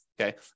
okay